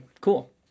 cool